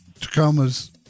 Tacoma's